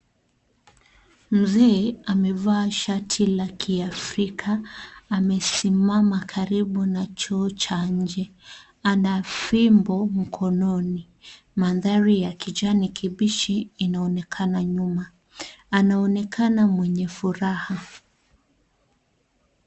Mzee amevaa shati la Kiafrika. Amesimama karibu na choo cha nje. Ana fimbo mkononi. Mandhari ya kijani kibichi inaonekana nyuma. Anaonekana mwenye furaha.